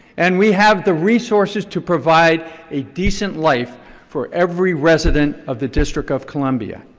and we have the resources to provide a decent life for every resident of the district of columbia.